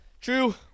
True